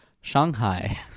Shanghai